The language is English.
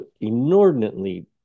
inordinately